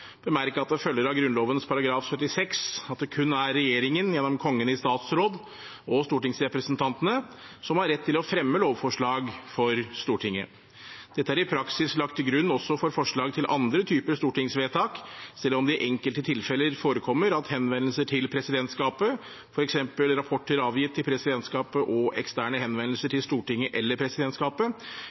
bemerke at det følger av Grunnloven § 76 at det kun er regjeringen gjennom Kongen i statsråd og stortingsrepresentantene som har rett til å fremme lovforslag for Stortinget. Dette er i praksis lagt til grunn også for forslag til andre typer stortingsvedtak, selv om det i enkelte tilfeller forekommer at henvendelser til presidentskapet, f.eks. rapporter avgitt til presidentskapet og eksterne henvendelser til Stortinget eller presidentskapet,